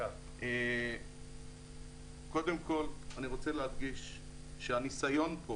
אני רוצה להדגיש שהניסיון פה